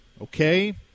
okay